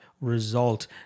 result